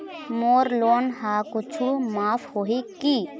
मोर loan हा कुछू माफ होही की?